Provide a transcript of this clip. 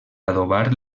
adobar